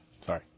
Sorry